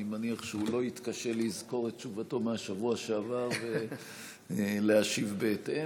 אני מניח שהוא לא יתקשה לזכור את תשובתו מהשבוע שעבר ולהשיב בהתאם.